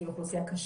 שהיא אוכלוסייה קשה,